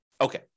Okay